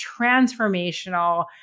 transformational